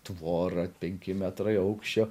tvora penki metrai aukščio